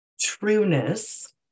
trueness